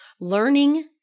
learning